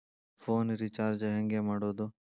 Phone recharge ಹೆಂಗೆ ಮಾಡೋದು?